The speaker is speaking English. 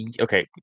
Okay